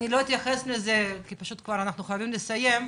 לא נתייחס לזה היום בגלל הזמן,